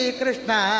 Krishna